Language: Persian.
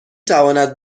تواند